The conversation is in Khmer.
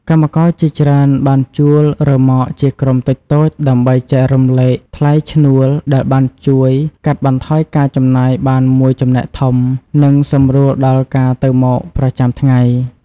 កម្មករជាច្រើនបានជួលរ៉ឺម៉កជាក្រុមតូចៗដើម្បីចែករំលែកថ្លៃឈ្នួលដែលបានជួយកាត់បន្ថយការចំណាយបានមួយចំណែកធំ និងសម្រួលដល់ការទៅមកប្រចាំថ្ងៃ។